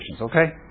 okay